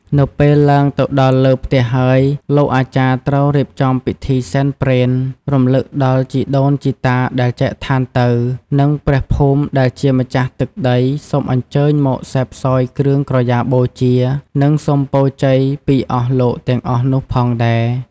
នៅពេលឡើងទៅដល់លើផ្ទះហើយ លោកអាចារ្យត្រូវរៀបចំពិធីសែនព្រេង រំឭកដល់ជីដូនជីតាដែលចែកឋានទៅ និងព្រះភូមិដែលជាម្ចាស់ទឹកដី សូមអញ្ជើញមកសេពសោយគ្រឿងក្រយាបូជា និងសុំពរជ័យពីអស់លោកទាំងអស់នោះផងដែរ។